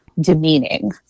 demeaning